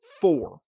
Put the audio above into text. four